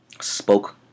spoke